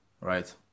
Right